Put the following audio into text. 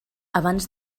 abans